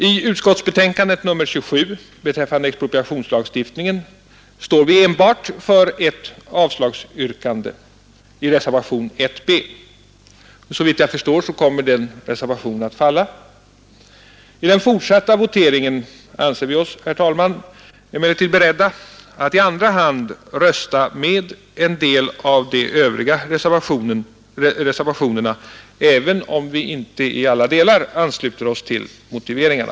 I utskottsbetänkandet nr 27 beträffande expropriationslagstiftningen står vi enbart för avslagsyrkandet i reservationen 1 b. Såvitt jag förstår kommer den reservationen att falla. I den fortsatta voteringen anser vi oss emellertid, herr talman, beredda att i andra hand rösta för en del av de övriga reservationerna, även om vi inte i alla delar ansluter oss till motiveringarna.